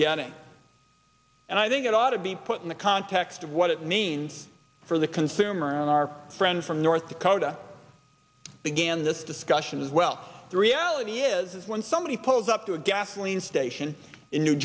getting and i think it ought to be put in the context of what it means for the consumer and our friend from north dakota began this discussion as well the reality is when somebody pulls up to a gasoline station in new